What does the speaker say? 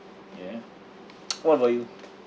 ya what about you